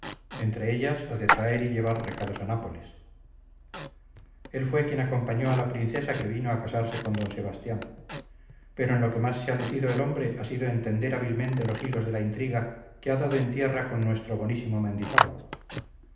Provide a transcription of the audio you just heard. entre ellas la de traer y llevar recados a nápoles él fue quien acompañó a la princesa que vino a casarse con d sebastián pero en lo que más se ha lucido el hombre ha sido en tender hábilmente los hilos de la intriga que ha dado en tierra con nuestro bonísimo mendizábal